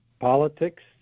politics